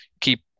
keep